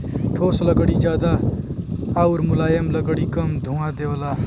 ठोस लकड़ी जादा आउर मुलायम लकड़ी कम धुंआ देवला